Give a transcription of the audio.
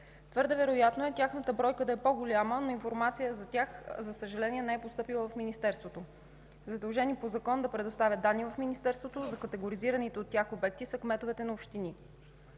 Твърде вероятно е тяхната бройка да е по-голяма, но информация за тях, за съжаление, не е постъпила в Министерството. Задължени по закон да предоставят данни в Министерството за категоризираните от тях обекти са кметовете на общини.